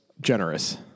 generous